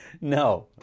No